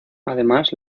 además